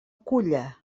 culla